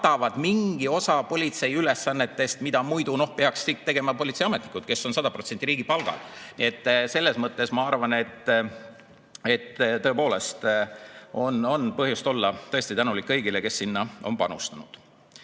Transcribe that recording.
ma arvan, et tõepoolest on põhjust olla tänulik kõigile, kes sinna on panustanud.